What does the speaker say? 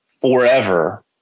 forever